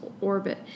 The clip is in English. orbit